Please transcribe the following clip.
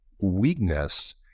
weakness